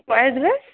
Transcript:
address